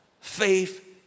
Faith